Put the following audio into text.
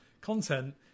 content